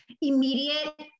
immediate